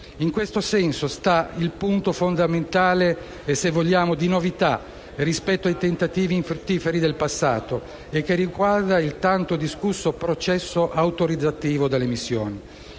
In questo senso sta il punto fondamentale e, se vogliamo, di novità rispetto ai tentativi infruttiferi del passato e che riguarda il tanto discusso processo autorizzativo delle missioni.